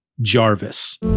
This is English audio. Jarvis